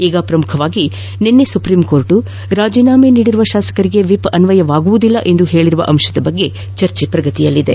ಈಗ ಪ್ರಮುಖವಾಗಿ ನಿನ್ನೆ ಸುಪ್ರೀಂಕೋರ್ಟ್ ರಾಜೀನಾಮೆ ನೀಡಿರುವ ಶಾಸಕರಿಗೆ ವಿಪ್ ಅನ್ವಯಿಸುವುದಿಲ್ಲ ಎಂದು ಹೇಳಿರುವ ಬಗ್ಗೆ ಚರ್ಚೆಯಾಗಿದೆ